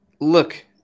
look